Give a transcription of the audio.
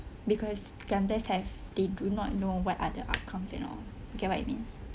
because gamblers have they do not know what are the outcomes you know get what it means